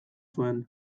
zuen